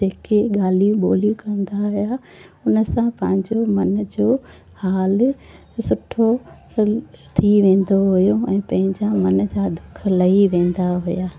जेके ॻाल्हियूं ॿोल्हियूं कंदा हुया उनसां पंहिंजो मन जो हाल सुठो थी वेंदो हुयो ऐं पंहिंजा मन जा दुख लही वेंदा हुया